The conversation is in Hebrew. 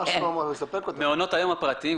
מעונות היום הפרטיים,